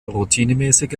routinemäßig